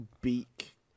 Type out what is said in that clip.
beak